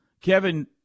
Kevin